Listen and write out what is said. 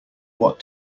what